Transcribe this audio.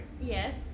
Yes